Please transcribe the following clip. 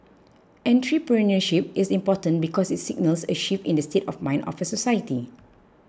entrepreneurship is important because it signals a shift in the state of mind of a society